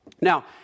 Now